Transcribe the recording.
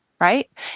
right